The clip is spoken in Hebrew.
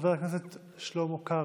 חבר הכנסת שלמה קרעי,